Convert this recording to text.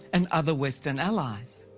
and other western allies.